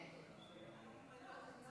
איננו באולם,